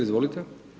Izvolite.